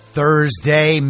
Thursday